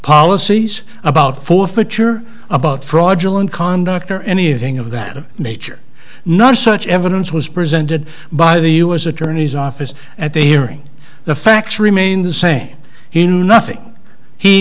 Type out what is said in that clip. policies about forfeiture about fraudulent conduct or anything of that nature not such evidence was presented by the u s attorney's office at the hearing the facts remain the same he knew nothing he